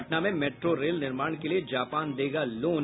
पटना में metro rail निर्माण के लिए जापान देगा लोन